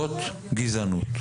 זאת גזענות.